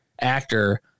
actor